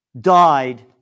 died